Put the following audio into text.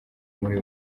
muri